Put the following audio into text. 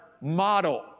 model